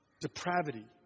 Depravity